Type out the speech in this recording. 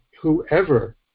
whoever